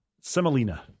Semolina